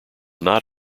not